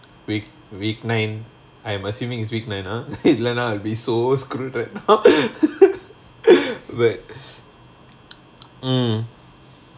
week week nine I am assuming is week nine ah right now I'll be so screwed up but mm